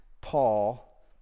Paul